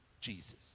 Jesus